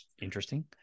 Interesting